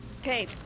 Okay